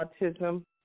autism